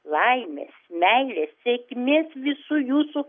laimės meilės sėkmės visų jūsų